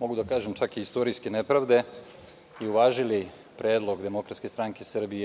određene, čak i istorijske, nepravde i uvažili predlog DSS